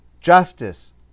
justice